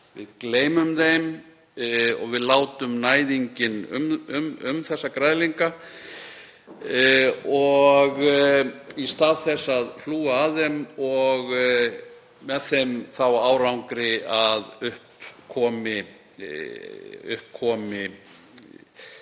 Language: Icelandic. Við gleymum þeim og við látum næðinginn um þessa græðlinga í stað þess að hlúa að þeim og með þeim árangri að upp komi